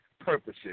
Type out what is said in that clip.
purposes